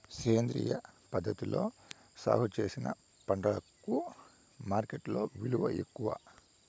సేంద్రియ పద్ధతిలో సాగు చేసిన పంటలకు మార్కెట్టులో విలువ ఎక్కువ